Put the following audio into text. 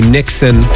Nixon